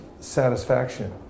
satisfaction